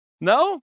No